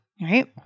Right